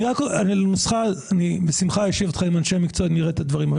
על הנוסחה אני בשמחה אשב איתך עם אנשי מקצוע ונראה את הדברים.